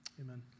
Amen